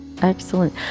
Excellent